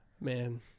man